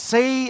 Say